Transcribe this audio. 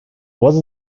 was